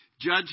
Judge